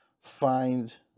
find